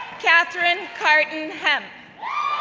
catharine carton hemp,